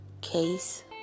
case